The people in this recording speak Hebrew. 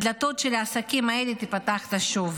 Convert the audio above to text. הדלתות של העסקים האלה תיפתחנה שוב